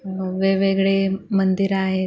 वेगवेगळे मंदिर आहेत